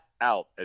out